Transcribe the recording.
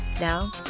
Now